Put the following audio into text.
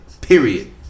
Period